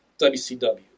WCW